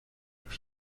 los